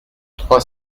trois